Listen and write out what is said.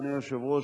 אדוני היושב-ראש,